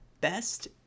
best